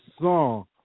song